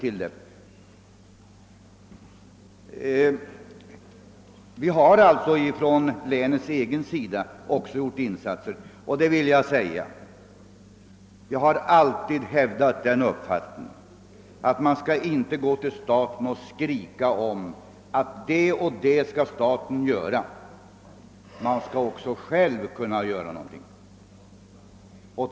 Också länet har alltså gjort egna insatser. Jag har alltid hävdat att man inte ständigt bör skrika om att staten bör göra det ena eller det andra — man bör också göra någonting själv.